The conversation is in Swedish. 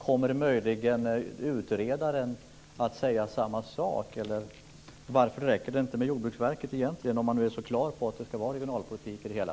Kommer möjligen utredaren att säga samma sak? Varför räcker det inte med Jordbruksverket, när man nu är så klar över att det ska ingå regionalpolitik i det hela?